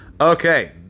Okay